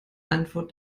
antwort